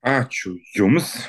ačiū jums